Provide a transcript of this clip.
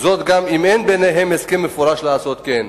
וזאת גם אם אין ביניהם הסכם מפורש לעשות כן.